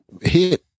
hit